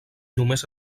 només